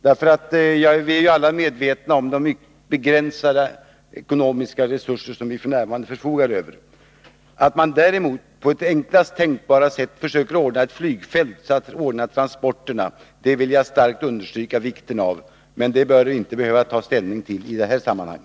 Vi är jualla medvetna om de begränsade ekonomiska resurser som vi f. n. förfogar över. Jag vill däremot starkt understryka vikten av att man på enklaste tänkbara sätt ordnar ett flygfält, så att transporterna kan klaras av. Det bör emellertid inte vara nödvändigt att ta ställning till den frågan i detta sammanhang.